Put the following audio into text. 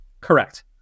Correct